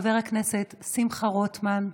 חבר הכנסת שמחה רוטמן,